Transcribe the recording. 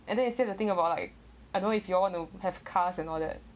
and then you say thing about like I don't know if you all want to have cars and all that